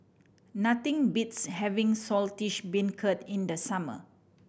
nothing beats having Saltish Beancurd in the summer